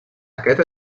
aquest